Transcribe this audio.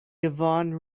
yvonne